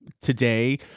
today